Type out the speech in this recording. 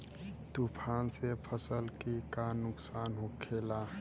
तूफान से फसल के का नुकसान हो खेला?